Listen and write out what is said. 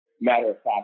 matter-of-fact